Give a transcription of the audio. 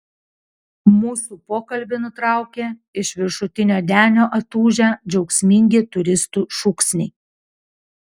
mūsų pokalbį nutraukė iš viršutinio denio atūžę džiaugsmingi turistų šūksniai